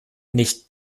nicht